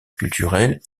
culturelle